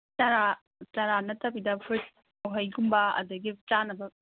ꯆꯥꯔꯥ ꯆꯥꯔꯥ ꯅꯠꯇꯕꯤꯗ ꯐ꯭ꯔꯨꯏꯠ ꯎꯍꯩꯒꯨꯝꯕ ꯑꯗꯒꯤ ꯆꯥꯅꯕ